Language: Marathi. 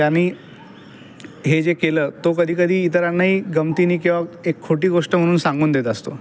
त्याने हे जे केलं तो कधी कधी इतरांनाही गमतीने किंवा एक खोटी गोष्ट म्हणून सांगून देत असतो